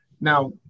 now